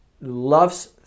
loves